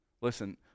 Listen